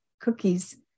cookies